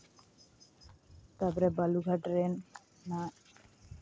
ᱛᱟᱯᱚᱨᱮ ᱵᱟᱞᱩᱨᱜᱷᱟᱴ ᱨᱮᱱ